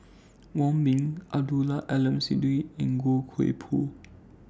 Wong Ming Abdul Aleem Siddique and Goh Koh Pui